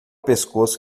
pescoço